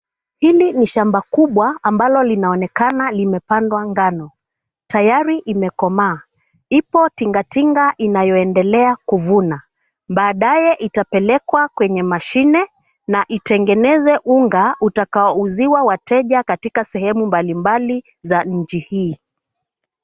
Hili ni shamba kubwa ambalo linaonekana limepandwa ngano. Tayari imekomaa. Ipo tinga tinga inayoendelea kuvuna. Baadaye itapelekwa kwenye mashine na itengeneze unga utakaouziwa wateja katika sehemu mbalimbali za nchi hii.